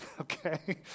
Okay